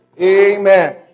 Amen